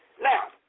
Now